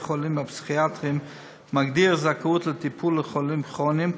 החולים הפסיכיאטריים מגדיר זכאות לטיפול לחולים כרוניים,